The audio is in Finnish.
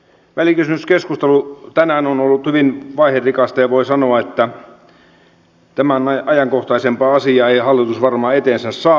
välikysymyskeskustelu tänään on ollut hyvin vaiherikasta ja voi sanoa että tämän ajankohtaisempaa asiaa ei hallitus varmaan eteensä saa